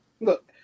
look